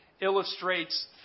illustrates